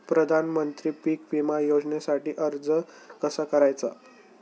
प्रधानमंत्री पीक विमा योजनेसाठी अर्ज कसा करायचा?